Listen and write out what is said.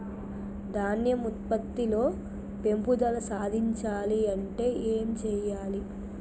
ధాన్యం ఉత్పత్తి లో పెంపుదల సాధించాలి అంటే ఏం చెయ్యాలి?